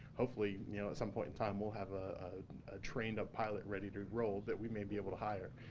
hopefully, you know at some point in time, will have a trained up pilot ready to roll that we may be able to hire,